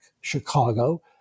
Chicago